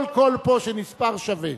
כל קול פה שנספר, שווה.